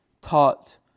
taught